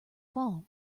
fall